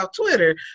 Twitter